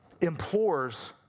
implores